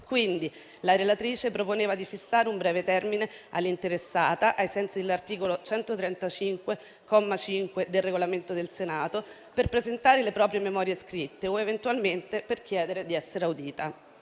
Quindi, la relatrice proponeva di fissare un breve termine all'interessata, ai sensi dell'articolo 135, comma 5, del Regolamento del Senato, per presentare le proprie memorie scritte o eventualmente per chiedere di essere audita.